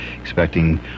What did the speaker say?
expecting